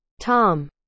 Tom